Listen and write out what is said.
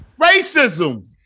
Racism